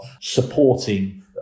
supporting